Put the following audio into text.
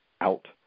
out